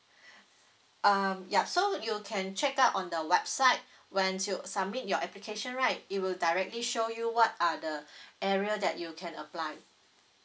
um yup so you can check out on the website when you submit your application right it will directly show you what are the area that you can apply